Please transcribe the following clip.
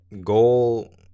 goal